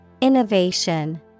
Innovation